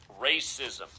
racism